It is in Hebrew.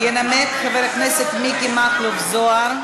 ינמק חבר הכנסת מכלוף מיקי זוהר.